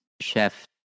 Chef